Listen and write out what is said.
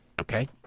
Okay